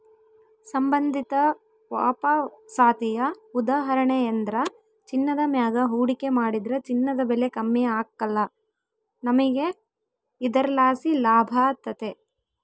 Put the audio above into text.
ಸಂಬಂಧಿತ ವಾಪಸಾತಿಯ ಉದಾಹರಣೆಯೆಂದ್ರ ಚಿನ್ನದ ಮ್ಯಾಗ ಹೂಡಿಕೆ ಮಾಡಿದ್ರ ಚಿನ್ನದ ಬೆಲೆ ಕಮ್ಮಿ ಆಗ್ಕಲ್ಲ, ನಮಿಗೆ ಇದರ್ಲಾಸಿ ಲಾಭತತೆ